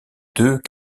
deux